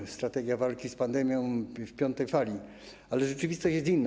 Jest strategia walki z pandemią w piątej fali, ale rzeczywistość jest inna.